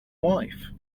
wife